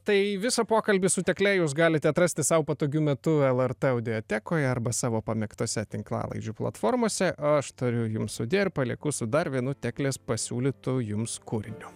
tai visą pokalbį su tekle jūs galite atrasti sau patogiu metu lrt audiotekoje arba savo pamėgtose tinklalaidžių platformose o aš tariu jums sudie ir palieku su dar vienu teklės pasiūlytu jums kūriniu